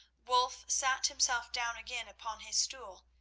wulf sat himself down again upon his stool,